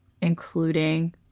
including